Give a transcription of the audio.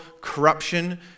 corruption